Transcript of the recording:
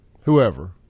Whoever